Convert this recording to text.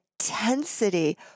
intensity